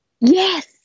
Yes